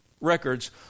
records